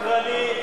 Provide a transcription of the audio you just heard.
שקרנית,